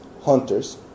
hunters